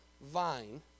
vine